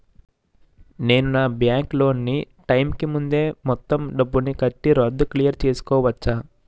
నేను నా bank loan నీ టైం కీ ముందే మొత్తం డబ్బుని కట్టి రద్దు క్లియర్ చేసుకోవచ్చా?